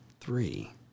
Three